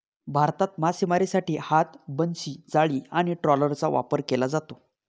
भारतात मासेमारीसाठी हात, बनशी, जाळी आणि ट्रॉलरचा वापर केला जातो